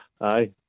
aye